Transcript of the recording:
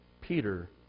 Peter